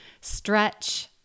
Stretch